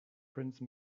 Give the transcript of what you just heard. prince